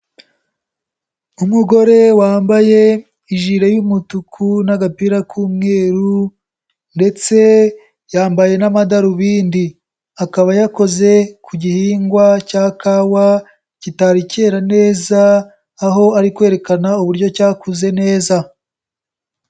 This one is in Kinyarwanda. Umugore wambaye ijile y'umutuku n'agapira k'umweru ndetse yambaye n'amadarubindi. Akaba yakoze ku gihingwa cya kawa kitari kera neza, aho ari kwerekana uburyo cyakuze neza.